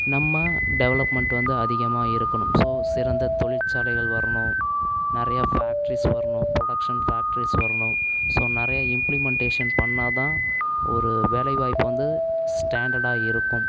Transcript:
நம்ம டெவலப்மெண்ட் வந்து அதிகமாக இருக்கணும் ஸோ சிறந்த தொழிற்சாலைகள் வரணும் நிறைய ஃபேக்ட்ரீஸ் வரணும் புரொடக்ஷன் ஃபேக்ட்ரிஸ் வரணும் ஸோ நிறைய இம்பிளிமெண்டேஷன் பண்ணிணாதான் ஒரு வேலைவாய்ப்பு வந்து ஸ்டாண்டர்டாக இருக்கும்